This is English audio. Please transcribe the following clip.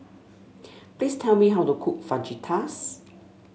please tell me how to cook Fajitas